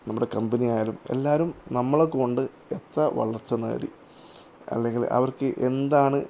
നമ്മുടെ കമ്പനി ആയാലും എല്ലാവരും നമ്മളെ കൊണ്ട് എത്ര വളർച്ച നേടി അല്ലെങ്കിൽ അവർക്ക് എന്താണ്